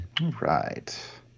Right